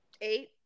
eight